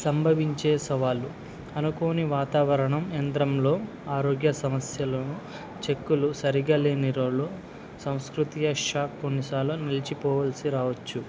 సంభవించే సవాళ్ళు అనుకోని వాతావరణం యంద్రంలో ఆరోగ్య సమస్యలను చెక్కులు సరిగా లేనిరోళ సంస్కృతయ షాక్ పునిసలో నిలిచిపోవాల్సి రావచ్చు